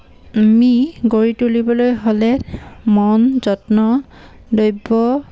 মি গঢ়ি তুলিবলৈ হ'লে মন যত্ন দ্ৰব্য